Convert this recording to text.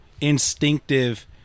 instinctive